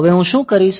હવે હું શું કરીશ